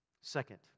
Second